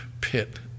pit